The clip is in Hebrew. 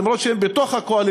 אפילו שהם בקואליציה,